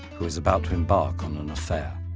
who is about to embark on an affair.